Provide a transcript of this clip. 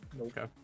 okay